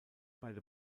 beide